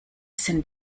sind